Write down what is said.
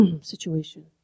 situation